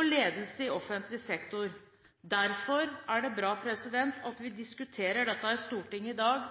ledelse i offentlig sektor. Derfor er det bra at vi diskuterer dette i Stortinget i dag –